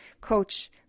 coach